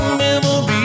memories